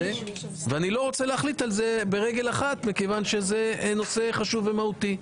אני לא רוצה להחליט על זה על רגל אחת מכיוון שזה נושא חשוב ומהותי.